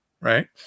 right